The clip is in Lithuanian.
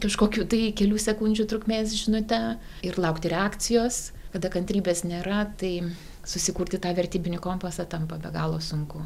kažkokiu tai kelių sekundžių trukmės žinute ir laukti reakcijos kada kantrybės nėra tai susikurti tą vertybinį kompasą tampa be galo sunku